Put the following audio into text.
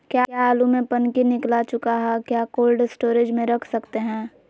क्या आलु में पनकी निकला चुका हा क्या कोल्ड स्टोरेज में रख सकते हैं?